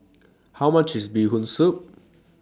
How much IS Bee Hoon Soup